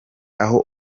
aho